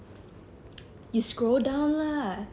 you scroll down lah